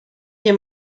nie